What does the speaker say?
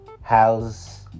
house